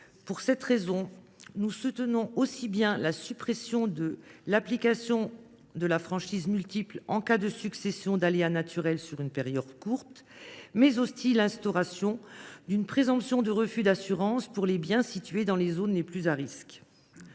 Pour cette raison, nous soutenons aussi bien la suppression de l’application de la franchise multiple, en cas de succession d’aléas naturels sur une période courte, que l’instauration d’une présomption de refus d’assurance pour les biens situés dans les zones les plus à risque.